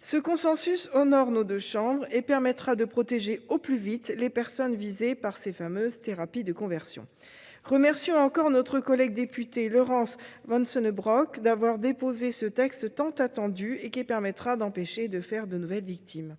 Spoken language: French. Ce consensus honore nos deux chambres et permettra de protéger au plus vite les personnes visées par ces fameuses thérapies de conversion. Remercions encore notre collègue députée Laurence Vanceunebrock d'avoir déposé ce texte tant attendu, qui permettra d'empêcher qu'il y ait de nouvelles victimes.